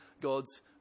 God's